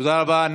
תודה רבה.